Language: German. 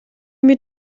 mit